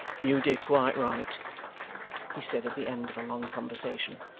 you did quite right he said, at the end of a long conversation,